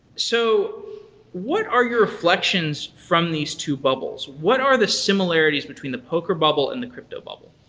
so what are your reflections from these two bubbles? what are the similarities between the poker bubble and the cryto bubble?